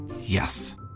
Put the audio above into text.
Yes